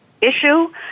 issue